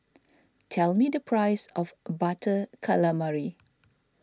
tell me the price of Butter Calamari